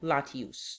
Latius